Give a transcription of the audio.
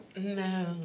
No